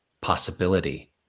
Possibility